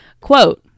Quote